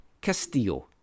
Castillo